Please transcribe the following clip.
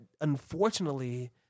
unfortunately